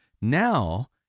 Now